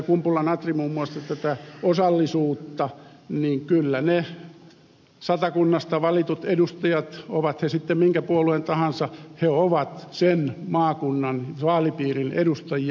kumpula natri muun muassa tätä osallisuutta niin kyllä ne satakunnasta valitut edustajat ovat he sitten mistä puolueesta tahansa ovat sen maakunnan vaalipiirin edustajia